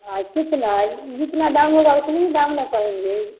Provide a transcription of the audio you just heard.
हाँ कितना जितना दाम होगा उतने ही दाम ना कहेंगे